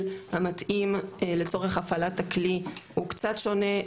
המתאים לצורך הפעלת הכלי הוא קצת שונה,